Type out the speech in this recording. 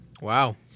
Wow